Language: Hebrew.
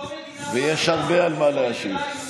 ויש הרבה על מה להשיב.